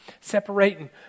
separating